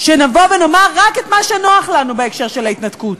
שנבוא ונאמר רק את מה שנוח לנו בהקשר של ההתנתקות.